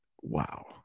wow